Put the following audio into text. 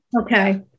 Okay